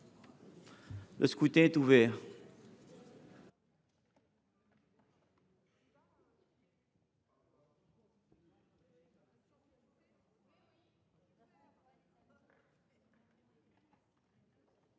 Le scrutin est ouvert.